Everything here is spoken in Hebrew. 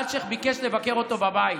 אלשיך ביקש לבקר אותו בבית.